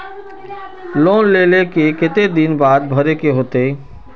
Loan लेल के केते दिन बाद भरे के होते?